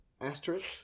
asterisk